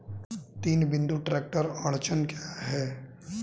तीन बिंदु ट्रैक्टर अड़चन क्या है?